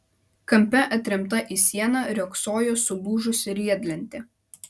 kampe atremta į sieną riogsojo sulūžusi riedlentė